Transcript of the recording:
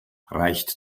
reicht